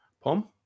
Pom